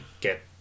get